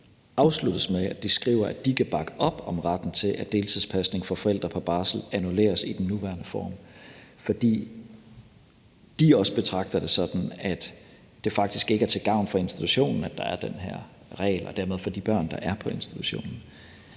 afsluttes med, at de skriver, at de kan bakke op om retten til, at deltidspasning for forældre på barsel annulleres i den nuværende form, fordi de også betragter det sådan, at det faktisk ikke er til gavn for institutionen og dermed for de børn, der er på institutionen,